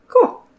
Cool